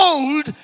Old